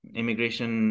immigration